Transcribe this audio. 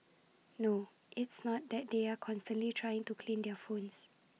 no it's not that they are constantly trying to clean their phones